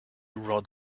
wrote